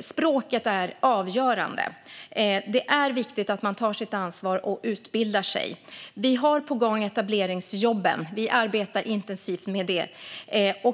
Språket är avgörande. Det är viktigt att man tar sitt ansvar och utbildar sig. Vi har etableringsjobben på gång. Vi arbetar intensivt med det.